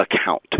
account